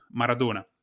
Maradona